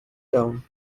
town